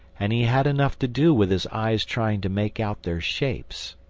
and he had enough to do with his eyes trying to make out their shapes.